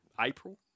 April